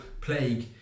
plague